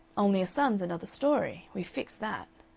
only a son's another story. we fixed that.